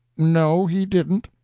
no, he didn't.